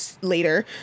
later